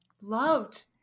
loved